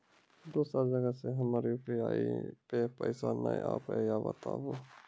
दोसर जगह से हमर यु.पी.आई पे पैसा नैय आबे या बताबू?